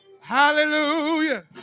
hallelujah